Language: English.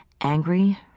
Angry